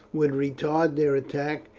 would retard their attack,